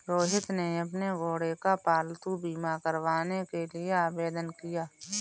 रोहित ने अपने घोड़े का पालतू बीमा करवाने के लिए आवेदन किया